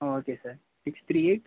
ah okay sir six three eight